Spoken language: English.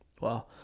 Wow